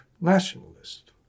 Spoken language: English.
nationalist